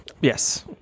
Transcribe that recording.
Yes